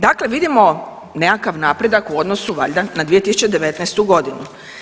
Dakle, vidimo nekakav napredak u odnosu valjda na 2019. godinu.